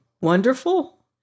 wonderful